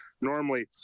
normally